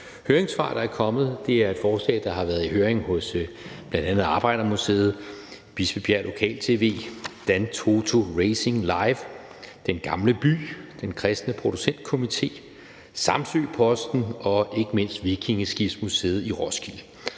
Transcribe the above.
kommet. Det er et forslag, der har været i høring hos bl.a. Arbejdermuseet, Bispebjerg Lokal-TV, DanToto Racing Live, Den Gamle By, Den Kristne Producent Komité, Samsø Posten og ikke mindst Vikingeskibsmuseet i Roskilde,